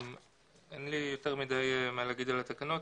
אין לי יותר מדי מה להגיד על התקנות,